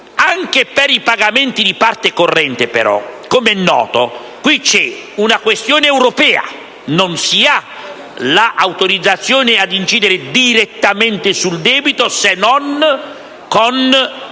Anche per i pagamenti di parte corrente, però, c'è una questione europea: non si ha l'autorizzazione ad incidere direttamente sul debito se non